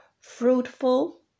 fruitful